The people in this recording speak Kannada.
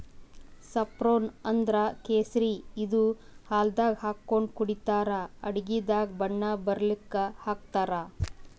ಸಾಫ್ರೋನ್ ಅಂದ್ರ ಕೇಸರಿ ಇದು ಹಾಲ್ದಾಗ್ ಹಾಕೊಂಡ್ ಕುಡಿತರ್ ಅಡಗಿದಾಗ್ ಬಣ್ಣ ಬರಲಕ್ಕ್ ಹಾಕ್ತಾರ್